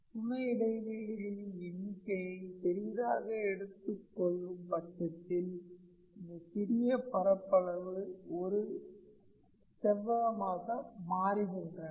துணை இடைவெளிகளின் எண்ணிக்கையை பெரியதாக எடுத்துக் கொள்ளும் பட்சத்தில் இந்த சிறிய பரப்பளவுகள் ஒரு செவ்வகமாக மாறுகின்றன